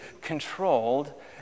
controlled